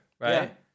right